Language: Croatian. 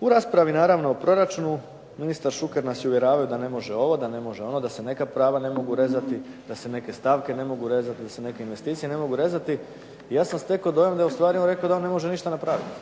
U raspravi naravno o proračunu ministar Šuker nas uvjerava da ne može ovo, da ne može ono, da se neka prava ne mogu rezati, da se neke stavke ne mogu rezati, da se neke investicije ne mogu rezati. Ja sam stekao dojam da je ustvari on rekao da on ne može ništa napraviti,